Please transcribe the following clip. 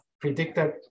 predicted